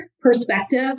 perspective